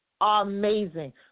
amazing